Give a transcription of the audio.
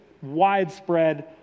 Widespread